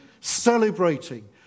celebrating